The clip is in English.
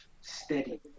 steady